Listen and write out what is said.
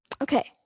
okay